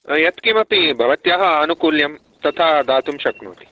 यत्किमपि भवत्याः आनुकूल्यं तथा दातुं शक्नोति